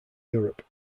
europe